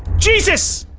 jesus!